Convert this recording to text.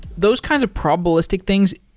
those kinds of probabilistic things,